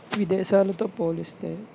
విదేశాలతో పోలిస్తే